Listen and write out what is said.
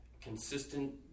Consistent